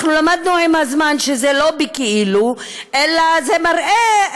אנחנו למדנו עם הזמן שזה לא בכאילו אלא זה מראה,